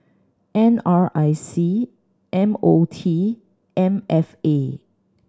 N R I C M O T M F A